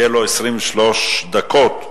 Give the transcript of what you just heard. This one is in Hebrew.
יהיו לו 23 דקות לדבר,